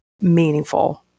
meaningful